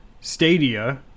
Stadia